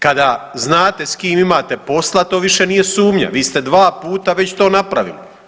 Kada znate s kim imate posla, to više nije sumnja, vi ste 2 puta već to napravili.